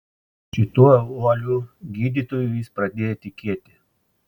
šituo uoliu gydytoju jis pradėjo tikėti